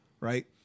right